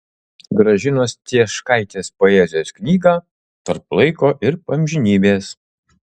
gražinos cieškaitės poezijos knygą tarp laiko ir amžinybės